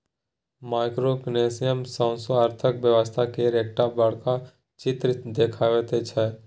micro economics सौसें अर्थक व्यवस्था केर एकटा बड़का चित्र देखबैत छै